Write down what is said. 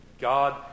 God